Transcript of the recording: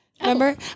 Remember